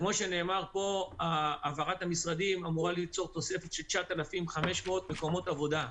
כמו שנאמר פה העברת המשרדים אמורה ליצור תוספת של 9,500 מקומות עבודה.